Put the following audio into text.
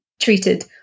treated